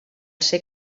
ser